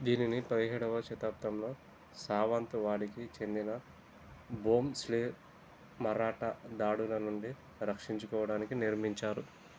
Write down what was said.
దీనిని పదిహేడవ శతాబ్దంలో సావంత్వాడికి చెందిన బోంస్లెే మరాటా దాడుల నుండి రక్షించుకోడానికి నిర్మించారు